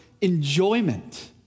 enjoyment